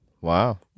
Wow